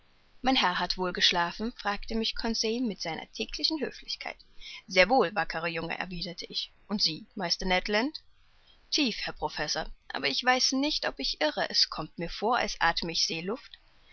mein herr hat wohl geschlafen fragte mich conseil mit seiner täglichen höflichkeit sehr wohl wackerer junge erwiderte ich und sie meister ned land tief herr professor aber ich weiß nicht ob ich irre es kommt mir vor als athme ich seeluft